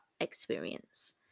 experience